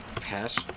Pass